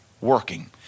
working